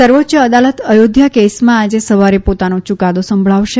સર્વોચ્ય અદાલત અયોધ્યા કેસમાં આજે સવારે પોતાનો ચુકાદો સંભળાવશે